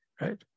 right